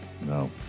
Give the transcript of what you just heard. No